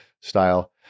style